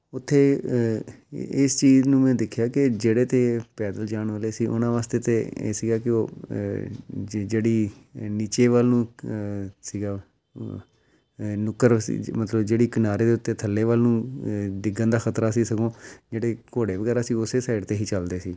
ਉੱਥੇ ਇਸ ਚੀਜ਼ ਨੂੰ ਮੈਂ ਦੇਖਿਆ ਕਿ ਜਿਹੜੇ ਤਾਂ ਪੈਦਲ ਜਾਣ ਵਾਲੇ ਸੀ ਉਹਨਾਂ ਵਾਸਤੇ ਤਾਂ ਇਹ ਸੀਗਾ ਕਿ ਉਹ ਜ ਜਿਹੜੀ ਨੀਚੇ ਵੱਲ ਨੂੰ ਸੀਗਾ ਨੁੱਕਰ ਸੀ ਮਤਲਬ ਜਿਹੜੀ ਕਿਨਾਰੇ ਦੇ ਉੱਤੇ ਥੱਲੇ ਵੱਲ ਨੂੰ ਡਿੱਗਣ ਦਾ ਖ਼ਤਰਾ ਸੀ ਸਗੋਂ ਜਿਹੜੇ ਘੋੜੇ ਵਗੈਰਾ ਸੀ ਉਸੇ ਸਾਈਡ 'ਤੇ ਹੀ ਚੱਲਦੇ ਸੀ